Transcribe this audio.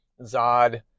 Zod